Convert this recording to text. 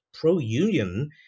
pro-union